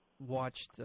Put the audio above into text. watched